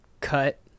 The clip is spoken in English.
cut